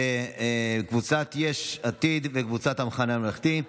קבוצת יש עתיד וקבוצת המחנה הממלכתי,